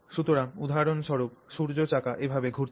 সুতরাং উদাহরণস্বরূপ সূর্য চাকা এভাবে ঘুরছে